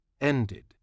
ended